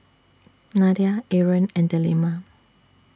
Nadia Aaron and Delima